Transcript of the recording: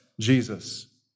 Jesus